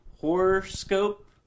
Horoscope